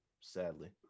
Sadly